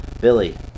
Billy